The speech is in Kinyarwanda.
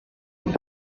inda